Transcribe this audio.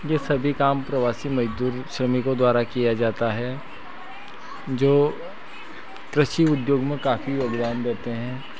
ये सभी काम प्रवासी मज़दूर श्रमिकों द्वारा किया जाता है जो कृषि उद्योग में काफी योगदान देते हैं